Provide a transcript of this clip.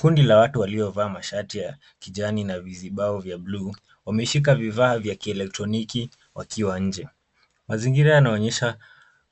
Kundi la watu waliovaa mashati ya kijani na vizibao vya bluu. Wameshika vifaa vya kielektroniki wakiwa nje. Mazingira yanayoonyesha